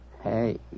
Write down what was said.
Hey